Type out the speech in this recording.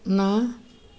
ନା